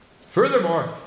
Furthermore